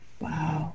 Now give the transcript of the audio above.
Wow